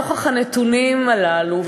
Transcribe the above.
נוכח הנתונים הללו,